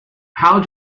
how